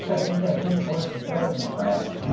i think that kid's voice is better than plant's.